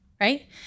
right